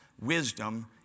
wisdom